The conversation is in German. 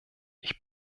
ich